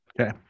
Okay